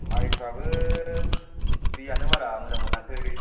माइफ्राबो दैआनो बारा मोजां मोनाखै